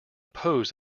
oppose